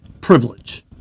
privilege